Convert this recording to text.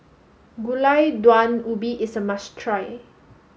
Gulai Daun Ubi is a must try